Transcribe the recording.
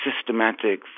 systematic